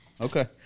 Okay